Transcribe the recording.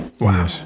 Wow